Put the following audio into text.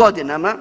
Godinama